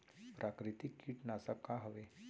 प्राकृतिक कीटनाशक का हवे?